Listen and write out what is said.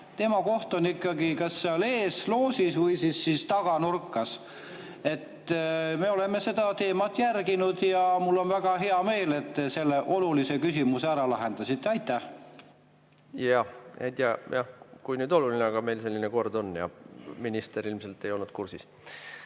Tema koht on ikkagi kas seal ees loožis või siis taga nurgas. Me oleme seda järginud ja mul on väga hea meel, et te selle olulise küsimuse ära lahendasite. Jah ... Kui oluline see nüüd on, aga meil selline kord on. Minister ilmselt ei olnud kursis.